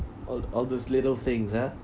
all all those little things ah